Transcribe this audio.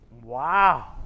wow